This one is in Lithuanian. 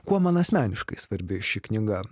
kuo man asmeniškai svarbi ši knyga